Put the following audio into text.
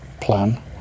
plan